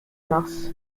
mars